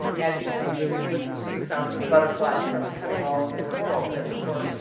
as you make sure you listen to the sounds of the butterflies from coming all over the world as it were,